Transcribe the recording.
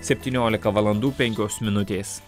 septyniolika valandų penkios minutės